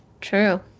True